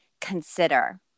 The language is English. consider